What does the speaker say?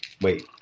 Wait